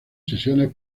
sesiones